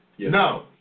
No